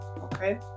okay